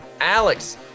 Alex